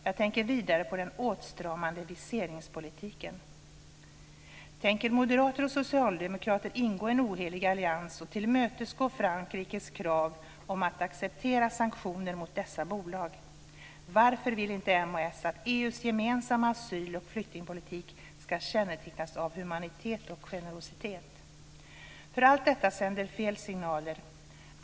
Jag tänker vidare på den åtstramade viseringspolitiken. Tänker moderater och socialdemokrater ingå en ohelig allians och tillmötesgå Frankrikes krav om att acceptera sanktioner mot dessa bolag? Varför vill inte m och s att EU:s gemensamma asyl och flyktingpolitik ska kännetecknas av humanitet och generositet? Allt detta sänder fel signaler.